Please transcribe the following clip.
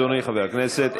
תודה רבה, אדוני חבר הכנסת.